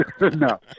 No